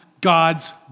God's